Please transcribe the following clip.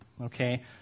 okay